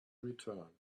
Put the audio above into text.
return